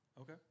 Okay